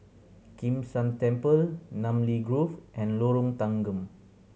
Kim San Temple Namly Grove and Lorong Tanggam